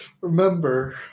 remember